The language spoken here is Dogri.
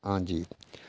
हां जी